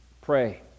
Pray